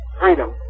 freedom